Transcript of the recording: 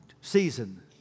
season